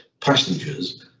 passengers